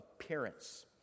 appearance